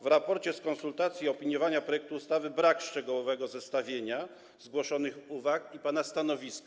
W raporcie z konsultacji i opiniowania projektu ustawy brak szczegółowego zestawienia zgłoszonych uwag i pana stanowiska.